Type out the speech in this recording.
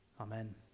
Amen